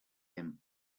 him